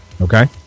Okay